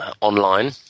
online